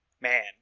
Man